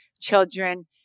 children